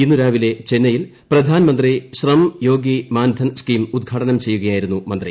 ഇന്ന് രാവിലെ ചെന്നൈയിൽ പ്രധാനമന്ത്രി ശ്രം യോഗി മാൻദ്ധൻ സ്കീം ഉദ്ഘാടനം ചെയ്യുകയായിരുന്നു മന്ത്രി